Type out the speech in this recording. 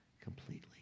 completely